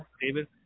David